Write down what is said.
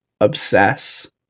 obsess